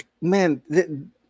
man